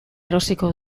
erosiko